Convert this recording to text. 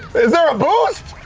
is there a boost?